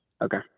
Okay